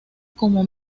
como